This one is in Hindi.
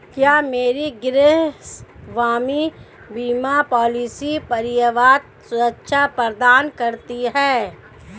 क्या मेरी गृहस्वामी बीमा पॉलिसी पर्याप्त सुरक्षा प्रदान करती है?